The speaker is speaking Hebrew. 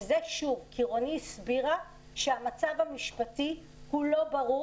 וזה כי רני הסבירה שהמצב המשפטי הוא לא ברור